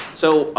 so ah